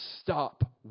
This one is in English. stop